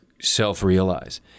self-realize